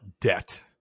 debt